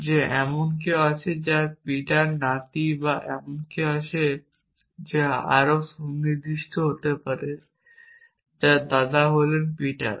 যে এমন কেউ আছে যার পিটার নাতি বা এমন কেউ আছে যা আরও সুনির্দিষ্ট হতে পারে যার দাদা হলেন পিটার